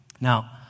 Now